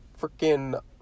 Freaking